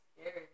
scary